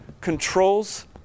controls